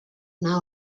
now